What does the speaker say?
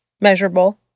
measurable